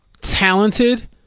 talented